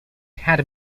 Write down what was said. had